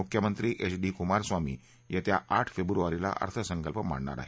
मुख्यमंत्री H D Kumaraswamy येत्या आठ फेब्रुवारीला अर्थसंकल्प मांडणार आहेत